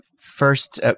first